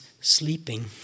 sleeping